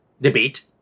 debate